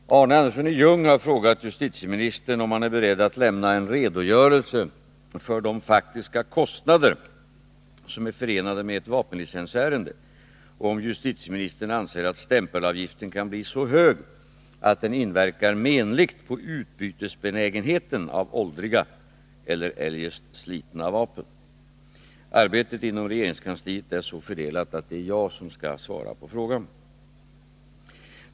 Herr talman! Arne Andersson i Ljung har frågat justitieministern om han är beredd att lämna en redogörelse för de faktiska kostnader som är förenade med ett vapenlicensärende och om justitieministern anser att stämpelavgiften kan bli så hög att den inverkar menligt på utbytesbenägenheten när det gäller åldriga eller eljest slitna vapen. Arbetet inom regeringskansliet är så fördelat att det är jag som skall svara på frågan.